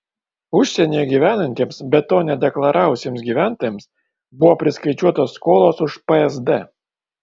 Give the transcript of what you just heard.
užsienyje gyvenantiems bet to nedeklaravusiems gyventojams buvo priskaičiuotos skolos už psd